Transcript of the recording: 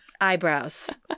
Eyebrows